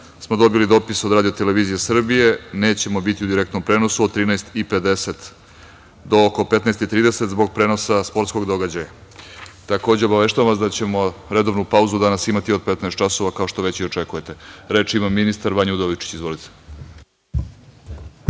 smo dobili dopis od RTS. Nećemo biti u direktnom prenosu od 13.50 do oko 15.30 časova zbog prenosa sportskog događaja. Takođe, obaveštavam vas da ćemo redovnu pauzu imati od 15.00 časova, kao što već i očekujete. Reč ima ministar Vanja Udovičić. Izvolite.